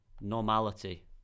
normality